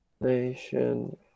Nation